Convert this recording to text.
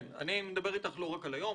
אני מדבר איתך לא רק על היום,